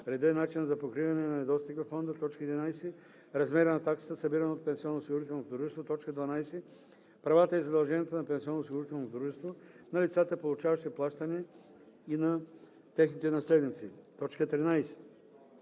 реда и начина за покриване на недостиг във фонда; 11. размера на таксата, събирана от пенсионноосигурителното дружество; 12. правата и задълженията на пенсионноосигурителното дружество, на лицата, получаващи плащания и на техните наследници; 13.